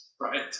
right